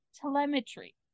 Telemetry